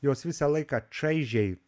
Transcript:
jos visą laiką čaižiai